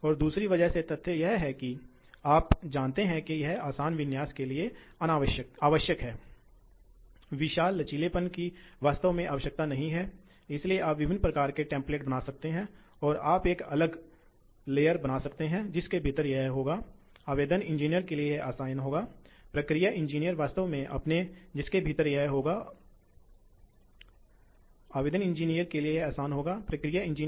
यह 40 वक्र है यह 40 वक्र है इसलिए और यह वास्तव में एक अरेखीय भिन्नता है क्योंकि 50 से 60 60 से 75 धीरे धीरे करीब आ रही है इसलिए 31 जैसा कुछ है 32 यह वास्तव में थोड़ा कम है इसलिए यह आप उन आंकड़ों को कैसे प्राप्त करते हैं